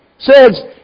says